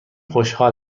خوشحال